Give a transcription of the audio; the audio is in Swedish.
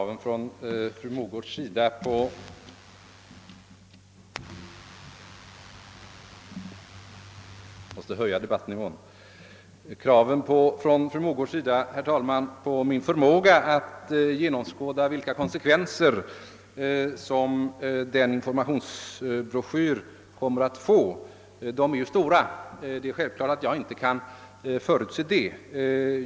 Herr talman! Kraven från fru Mogårds sida på min förmåga att genomskåda vilka konsekvenser som informationsbroschyren kommer att få är ju stora. Det är självklart att jag inte kan förutse det.